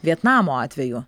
vietnamo atveju